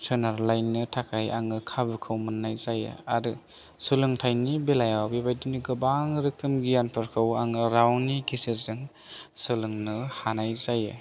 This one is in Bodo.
सोनारलायनो थाखाय आङो खाबुखौ मोननाय जायो आरो सोलोंथाइनि बेलायाव बेबायदिनो गोबां रोखोम गियानफोरखौ आङो रावनि गेजेरजों सोलोंनो हानाय जायो